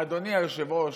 אדוני היושב-ראש,